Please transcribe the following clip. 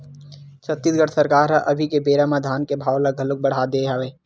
छत्तीसगढ़ सरकार ह अभी के बेरा म धान के भाव ल घलोक बड़हा दे हवय